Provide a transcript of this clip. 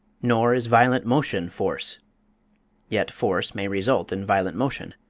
nor is violent motion force yet force may result in violent motion.